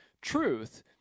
Truth